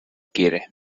quiere